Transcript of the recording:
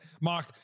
Mark